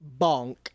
Bonk